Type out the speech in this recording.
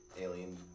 alien